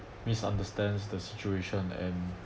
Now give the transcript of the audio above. miss understands the situation and